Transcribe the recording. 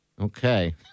Okay